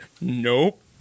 Nope